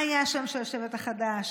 מה יהיה השם של השבט החדש.